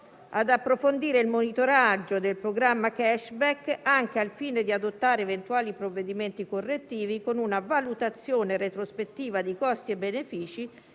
ad approfondire il monitoraggio del programma *cashback* anche al fine di adottare eventuali provvedimenti correttivi, con una valutazione retrospettiva di costi e benefici,